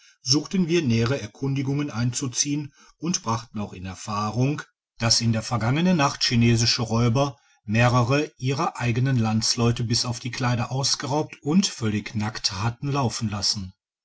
suchten wir nähere erkundigungen einzuziehen und brachten auch in erfahrung dass in der digitized by google vergangenen nacht chinesische räuber mehrere ihrer eigenen landsleute bis auf die kleider ausgeraubt und völlig nakt hatten laufen lassen